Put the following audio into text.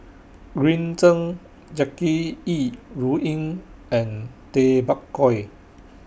Green Zeng Jackie Yi Ru Ying and Tay Bak Koi